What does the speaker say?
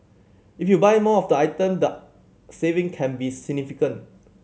if you buy more of item the saving can be significant